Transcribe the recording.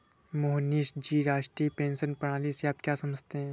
मोहनीश जी, राष्ट्रीय पेंशन प्रणाली से आप क्या समझते है?